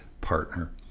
partner